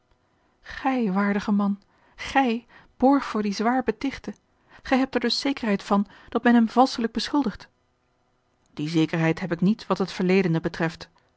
gij waardige man gij borg voor dien zwaar betichte gij a l g bosboom-toussaint de delftsche wonderdokter eel hebt er dus zekerheid van dat men hem valschelijk beschuldigd die zekerheid heb ik niet wat het verledene betreft